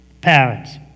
parents